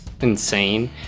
insane